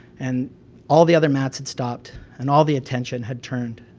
and all the other mats had stopped and all the attention had turned,